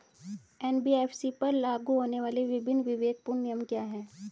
NBFC पर लागू होने वाले विभिन्न विवेकपूर्ण नियम क्या हैं?